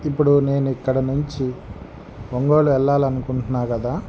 ఇప్పుడు నేను ఇక్కడ నుంచి ఒంగోల్ వెళ్ళాలనుకుంటున్నా గదా